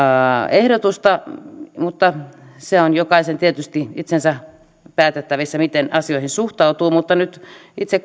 ehdotusta mutta se on tietysti jokaisen itsensä päätettävissä miten asioihin suhtautuu nyt itse